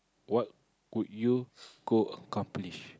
what would you go accomplish